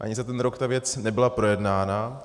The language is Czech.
Ani za ten rok ta věc nebyla projednána.